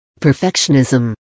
Perfectionism